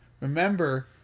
remember